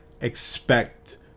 expect